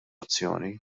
azzjoni